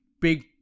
big